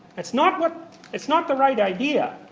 it's not but it's not the right idea.